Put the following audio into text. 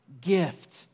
gift